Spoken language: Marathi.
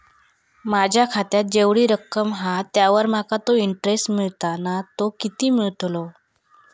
माझ्या खात्यात जेवढी रक्कम हा त्यावर माका तो इंटरेस्ट मिळता ना तो किती मिळतलो?